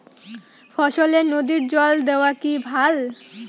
ফসলে নদীর জল দেওয়া কি ভাল?